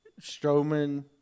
Strowman